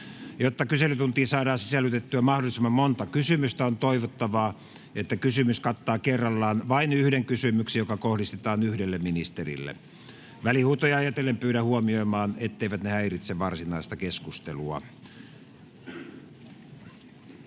Jotta kyselytuntiin saadaan sisällytettyä mahdollisimman monta kysymystä, on toivottavaa, että kysymys kattaa kerrallaan vain yhden kysymyksen, joka kohdistetaan yhdelle ministerille. Välihuutoja ajatellen pyydän huomioimaan, etteivät ne häiritse varsinaista keskustelua.